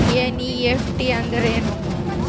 NEFT ಅಂದ್ರೆನು?